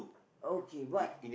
okay what